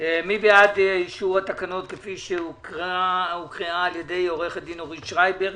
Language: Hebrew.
מי בעד אישור התקנות כפי שהוקראו על ידי עו"ד אורית שרייבר?